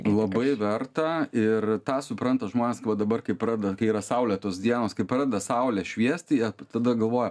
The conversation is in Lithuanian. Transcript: labai verta ir tą supranta žmonės va dabar kai pradeda kai yra saulėtos dienos kai pradeda saulė šviesti jie tada galvoja